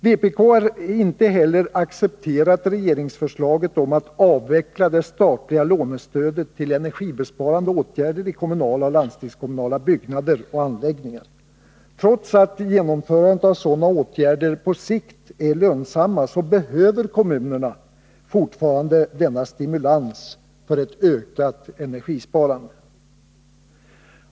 Vpk har inte heller accepterat regeringsförslaget om att avveckla det statliga lånestödet till energibesparande åtgärder i kommunala och landstingskommunala byggnader och anläggningar. Trots att genomförandet av sådana åtgärder på sikt är lönsamt, behöver kommunen fortfarande denna stimulans för ett ökat energisparande.